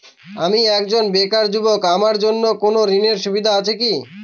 আমি একজন বেকার যুবক আমার জন্য কোন ঋণের সুবিধা আছে কি?